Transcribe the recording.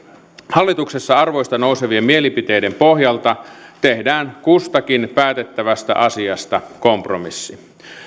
hallituksessa arvoista nousevien mielipiteiden pohjalta tehdään kustakin päätettävästä asiasta kompromissi